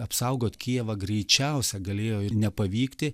apsaugot kijevą greičiausia galėjo ir nepavykti